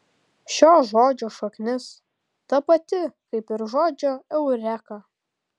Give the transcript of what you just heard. šio žodžio šaknis ta pati kaip ir žodžio eureka